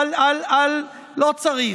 היה קשה לו לשמוע את דברי הבלע, לא, לא, לא צריך,